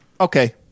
okay